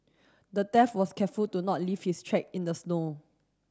the theft was careful to not leave his track in the snow